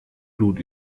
blut